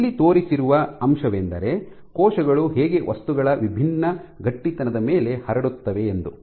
ಇಲ್ಲಿ ತೋರಿಸಿರುವ ಅಂಶವೆಂದರೆ ಕೋಶಗಳು ಹೇಗೆ ವಸ್ತುಗಳ ವಿಭಿನ್ನ ಗಟ್ಟಿತನದ ಮೇಲೆ ಹರಡುತ್ತವೆ ಎಂದು